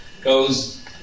Goes